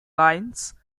lines